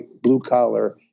blue-collar